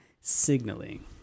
signaling